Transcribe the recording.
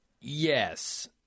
Yes